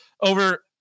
Over